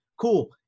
cool